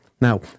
Now